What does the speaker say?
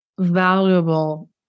valuable